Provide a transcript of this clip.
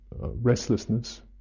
restlessness